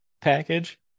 package